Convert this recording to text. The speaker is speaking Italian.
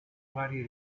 varie